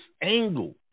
angle